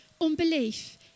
Unbelief